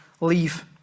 Leave